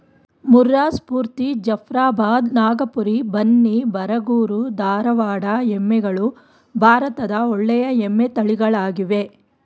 ಮುರ್ರಾ, ಸ್ಪೂರ್ತಿ, ಜಫ್ರಾಬಾದ್, ನಾಗಪುರಿ, ಬನ್ನಿ, ಬರಗೂರು, ಧಾರವಾಡ ಎಮ್ಮೆಗಳು ಭಾರತದ ಒಳ್ಳೆಯ ಎಮ್ಮೆ ತಳಿಗಳಾಗಿವೆ